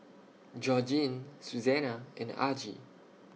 Georgene Susana and Argie